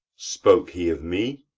spoke he of me?